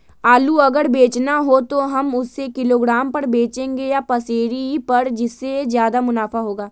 आलू अगर बेचना हो तो हम उससे किलोग्राम पर बचेंगे या पसेरी पर जिससे ज्यादा मुनाफा होगा?